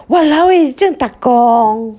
walao eh 这样 ta kong